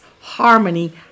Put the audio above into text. harmony